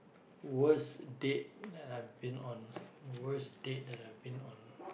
worst date that I have been on